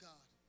God